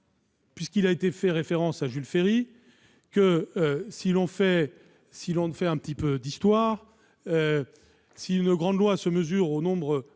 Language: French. Puisqu'il a été fait référence à Jules Ferry, faisons un peu d'histoire. Si une grande loi se mesure au nombre